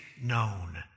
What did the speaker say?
known